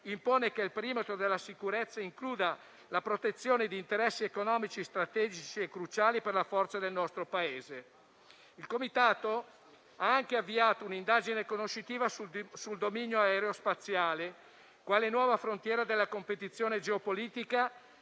impone cioè che il perimetro della sicurezza includa la protezione di interessi economici strategici e cruciali per la forza del nostro Paese. Il Comitato ha anche avviato un'indagine conoscitiva sul dominio aerospaziale quale nuova frontiera della competizione geopolitica,